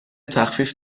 تخفیف